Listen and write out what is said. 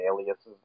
aliases